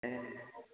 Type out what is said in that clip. ए